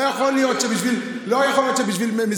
לא יכול להיות שבשביל,